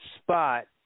spot